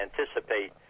anticipate